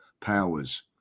powers